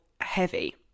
heavy